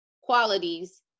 qualities